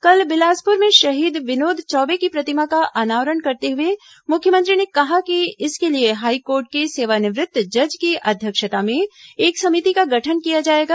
कल बिलासप्र में शहीद विनोद चौबे की प्रतिमा का अनावरण करते हुए मुख्यमंत्री ने कहा कि इसके लिए हाईकोर्ट के सेवानिवृत्त जज की अध्यक्षता में एक समिति का गठन किया जाएगा